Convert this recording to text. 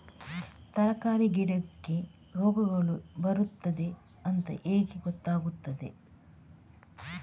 ತರಕಾರಿ ಗಿಡಕ್ಕೆ ರೋಗಗಳು ಬರ್ತದೆ ಅಂತ ಹೇಗೆ ಗೊತ್ತಾಗುತ್ತದೆ?